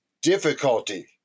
difficulty